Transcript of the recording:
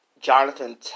Jonathan